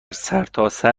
سرتاسر